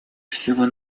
всего